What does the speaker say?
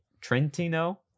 Trentino